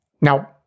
Now